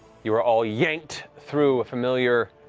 you are all yanked through a familiar